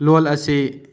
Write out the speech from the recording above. ꯂꯣꯟ ꯑꯁꯤ